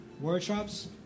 workshops